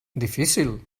difícil